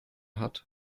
hat